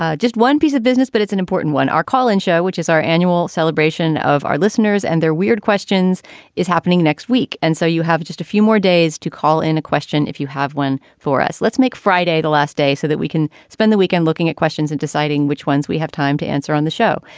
ah just one piece of business. but it's an important one hour call in show, which is our annual celebration of our listeners. and their weird questions is happening next week. and so you have just a few more days to call into question if you have one for us. let's make friday the last day so that we can spend the weekend looking at questions and deciding which ones we have time to answer on the show.